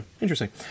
interesting